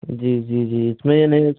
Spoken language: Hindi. जी जी जी इसमें ये नहीं है